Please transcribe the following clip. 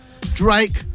Drake